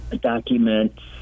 documents